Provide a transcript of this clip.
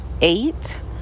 eight